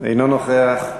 אינו נוכח.